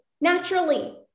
naturally